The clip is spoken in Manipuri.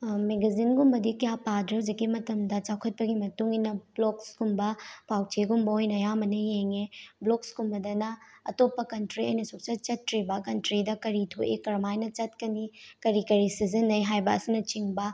ꯃꯦꯒꯥꯖꯤꯟꯒꯨꯝꯕꯗꯤ ꯀꯌꯥ ꯄꯥꯗ꯭ꯔꯦ ꯍꯧꯖꯤꯛꯀꯤ ꯃꯇꯝꯗ ꯆꯥꯎꯈꯠꯄꯒꯤ ꯃꯇꯨꯡꯏꯟꯅ ꯚ꯭ꯂꯣꯛꯁꯀꯨꯝꯕ ꯄꯥꯎꯆꯦꯒꯨꯝꯕ ꯑꯣꯏꯅ ꯑꯌꯥꯝꯕꯅ ꯌꯦꯡꯉꯦ ꯚ꯭ꯂꯣꯛꯁꯀꯨꯝꯕꯗꯅ ꯑꯇꯣꯞꯄ ꯀꯟꯇ꯭ꯔꯤ ꯑꯩꯅ ꯁꯨꯡꯆꯠ ꯆꯠꯇ꯭ꯔꯤꯕ ꯀꯟꯇ꯭ꯔꯤꯗ ꯀꯔꯤ ꯊꯣꯛꯏ ꯀꯔꯝꯍꯥꯏꯅ ꯆꯠꯀꯅꯤ ꯀꯔꯤ ꯀꯔꯤ ꯁꯤꯖꯤꯟꯅꯩ ꯍꯥꯏꯕ ꯑꯁꯤꯅꯆꯤꯡꯕ